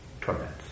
torments